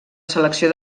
selecció